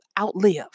outlive